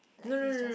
like it's just